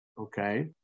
okay